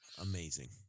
Amazing